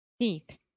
Teeth